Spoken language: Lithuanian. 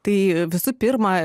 tai visų pirma